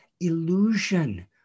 illusion